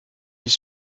les